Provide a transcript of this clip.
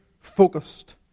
focused